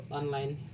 online